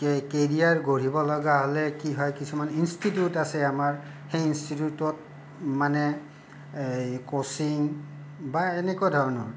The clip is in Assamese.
কো কেৰিয়াৰ গঢ়িবলগীয়া হ'লে কি হয় কিছুমান ইঞ্চটিটিউট আছে আমাৰ সেই ইঞ্চটিটিউটত মানে এই কচিং বা এনেকুৱা ধৰণৰ